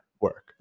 work